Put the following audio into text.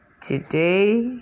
Today